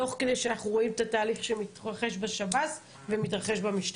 תוך כדי שאנחנו רואים את התהליך שמתרחש בשב"ס ומתרחש במשטרה.